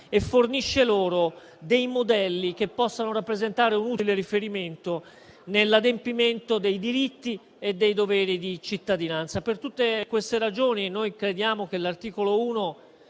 e fornisce loro dei modelli che possano rappresentare un utile riferimento nell'adempimento dei diritti e dei doveri di cittadinanza. Per tutte queste ragioni noi crediamo che l'articolo 1